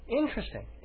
Interesting